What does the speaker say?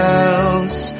else